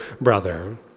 brother